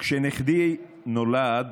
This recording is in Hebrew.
כשנכדי נולד